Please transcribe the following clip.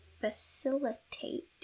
facilitate